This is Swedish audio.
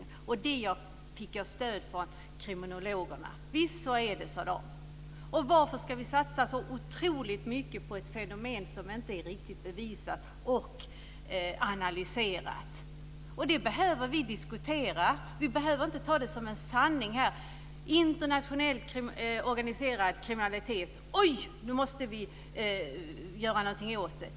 För denna uppfattning har jag fått stöd från kriminologerna, som säger att det är på detta sätt. Varför ska vi satsa så oerhört mycket på ett fenomen som inte är riktigt bevisat och analyserat? Det behöver vi diskutera. Vi behöver inte se på det som en sanning. Vi kan inte bara säga: Oj, det finns en internationellt organiserad kriminalitet! Nu måste vi göra någonting åt detta!